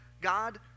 God